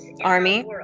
Army